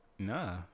Nah